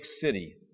city